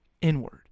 inward